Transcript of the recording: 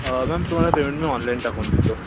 ma'am तुम्हाला payment मी online टाकून देतो